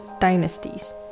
dynasties